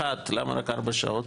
אחד, למה רק 4 שעות?